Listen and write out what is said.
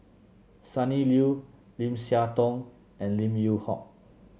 Sonny Liew Lim Siah Tong and Lim Yew Hock